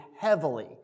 heavily